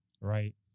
Right